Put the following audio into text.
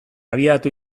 abiatu